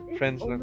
friends